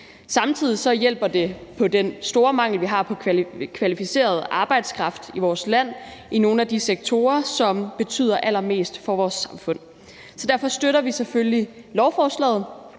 Samtidig hjælper det på den store mangel, vi har på kvalificeret arbejdskraft i vores land i nogle af de sektorer, som betyder allermest for vores samfund. Derfor støtter vi selvfølgelig lovforslaget.